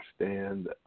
understand